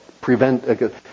prevent